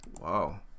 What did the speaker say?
Wow